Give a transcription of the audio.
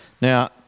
now